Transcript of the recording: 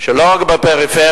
שלא רק בפריפריה,